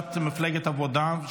קבוצת מפלגת העבודה,